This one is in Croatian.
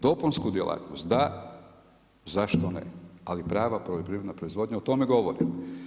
Dopunsku djelatnost da, zašto ne, ali prava poljoprivredna proizvodnja, o tome govorim.